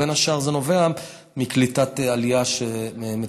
בין השאר זה נובע מקליטת עלייה שמתוקצבת.